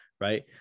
right